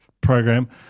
program